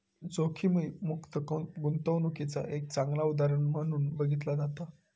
जोखीममुक्त गुंतवणूकीचा एक चांगला उदाहरण म्हणून बघितला जाता